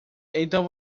então